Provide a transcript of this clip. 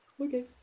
Okay